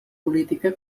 política